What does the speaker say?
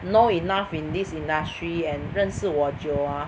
know enough in this industry and 认识我久 ah